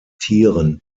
tieren